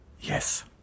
Yes